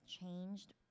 changed